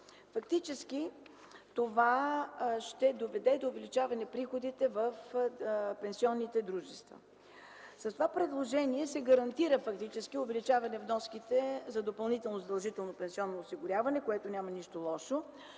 от 2017 г. Това ще доведе до увеличаване приходите в пенсионните дружества. С това предложение се гарантира фактически увеличаване вноските за допълнително задължително пенсионно осигуряване, в което няма нищо лошо.